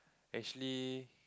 actually